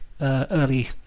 early